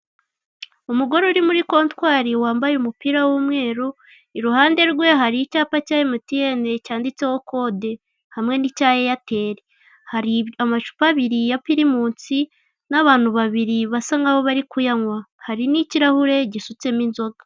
Umugore uri muri kontwari wambaye umupira w'umweru, iruhande rwe hari icyapa cya emutiyene cyanditseho kode, hamwe n'icya eyateri hari amacupa abiri ya pirimusi n'abantu babiri basa n'aho bari kuyanywa. Hari n'ikirahure gisutsemo iinzoga.